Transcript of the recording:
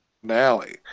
finale